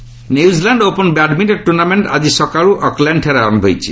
badminton New Zealand open badminton tournament ଆଜି ସକାଳୁ ଅକ୍ଲ୍ୟାଣ୍ଡ୍ଠାରେ ଆରମ୍ଭ ହୋଇଛି